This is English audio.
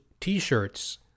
t-shirts